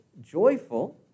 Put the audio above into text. joyful